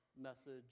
message